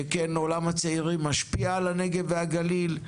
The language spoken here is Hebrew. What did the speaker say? שכן עולם הצעירים משפיע על הנגב והגליל,